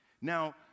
now